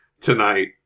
tonight